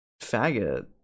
faggot